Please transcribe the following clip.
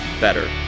better